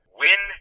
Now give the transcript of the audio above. win